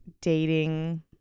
dating